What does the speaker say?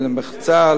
למחצה,